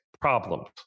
problems